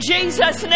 Jesus